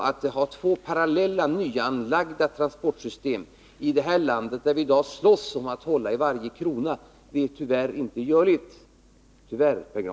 Att ha två parallella, nyanlagda transportsystem i det här landet, där vi i dag kämpar för att hålla i varje krona, låter sig tyvärr inte göras, Pär Granstedt.